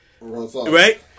Right